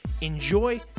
enjoy